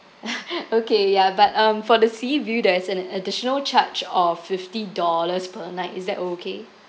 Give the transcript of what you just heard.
okay ya but um for the seaview there is an additional charge of fifty dollars per night is that okay